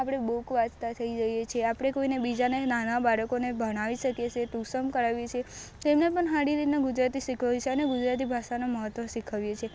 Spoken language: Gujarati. આપણે બુક વાંચતાં થઈ જઈએ છે આપણે કોઈને બીજા ને નાના બાળકોને ભણાવી શકીએ છે ટ્યુશન કરાવીએ છે તેમને પણ સારી રીતના ગુજરાતી શિખવીએ છીએ અને ગુજરાતી ભાષાનું મહત્વ શિખવીએ છે